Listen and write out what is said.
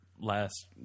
last